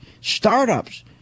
startups